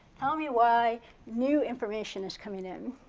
tell me why new information is coming in.